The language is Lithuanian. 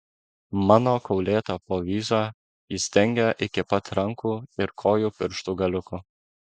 mano kaulėtą povyzą jis dengė iki pat rankų ir kojų pirštų galiukų